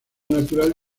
natural